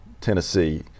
tennessee